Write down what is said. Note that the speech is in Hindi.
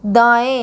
दाएं